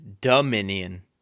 dominion